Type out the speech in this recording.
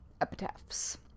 epitaphs